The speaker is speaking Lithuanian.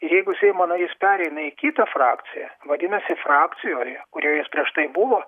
ir jeigu seimo narys pereina į kitą frakciją vadinasi frakcijoje kurioje jis prieš tai buvo